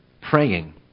praying